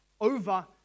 over